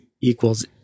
equals